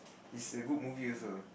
is a good movie also